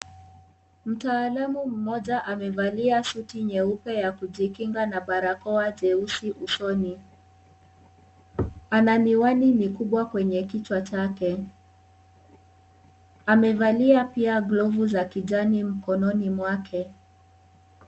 Mtaalamu mmoja amevali suti nyeupe ya kujikinga na barakoa jeusi usoni. Ana miwani mikubwa kwenye kichwa chake. Amevalia pia glovu za kijani mkononi mwake.